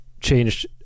changed